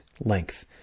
length